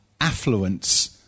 affluence